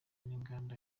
n’inganda